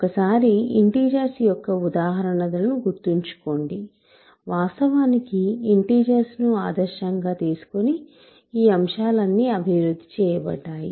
ఒకసారి ఇంటీజర్స్ యొక్క ఉదాహరణను గుర్తుంచుకోండి వాస్తవానికి ఇంటీజర్స్ ను ఆదర్శంగా తీసుకొని ఈ అంశాలు అన్నీ అభివృద్ధి చేయబడ్డాయి